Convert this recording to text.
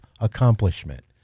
accomplishment